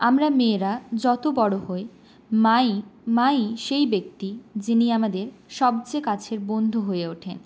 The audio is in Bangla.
আমরা মেয়েরা যত বড়ো হই মাই মাই সেই ব্যক্তি যিনি আমাদের সবচেয়ে কাছের বন্ধু হয়ে ওঠেন